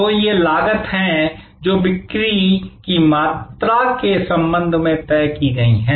तो ये लागत हैं जो बिक्री की मात्रा के संबंध में तय की गई हैं